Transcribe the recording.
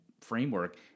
framework